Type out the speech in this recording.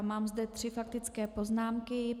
Mám zde tři faktické poznámky.